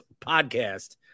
podcast